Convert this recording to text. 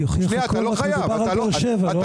אני אוכיח --- מדובר על באר-שבע ולא על דימונה.